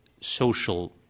social